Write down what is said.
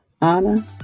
Anna